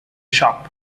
shop